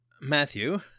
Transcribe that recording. Matthew